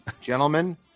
gentlemen